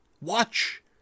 Watch